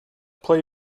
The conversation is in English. play